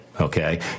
Okay